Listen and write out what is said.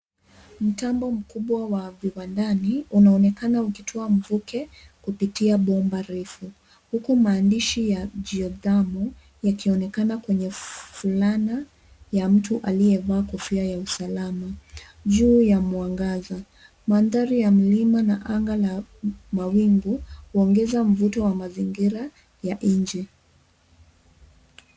Mtambo mkubwa wa viwadani unaonekana ukitoa mvuke kupitia bomba refu, huku maandishi ya Geothermal yakionekana kwenye fulana ya mtu aliyevaa kofia ya usalama, juu ya mwangaza. Mandhari ya mlima na anga la mawingu, huongeza mvuto wa mazingira ya nje.